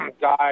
guy's